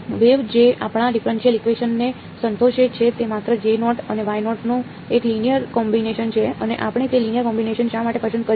wave જે આપણા differential equation ને સંતોષે છે તે માત્ર J નોટ અને Y નોટ નું એક લિનિયર કોમ્બિનેશન છે અને આપણે તે લિનિયર કોમ્બિનેશન શા માટે પસંદ કર્યું